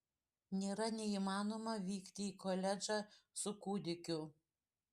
nėra neįmanoma vykti į koledžą su kūdikiu